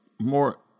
more